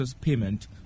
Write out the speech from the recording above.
payment